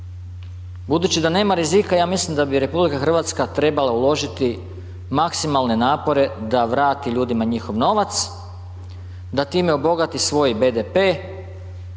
budući da nema rizika ja mislim da bi RH trebala uložiti maksimalne napore da vrati ljudima njihov novac, da time obogati svoj BDP,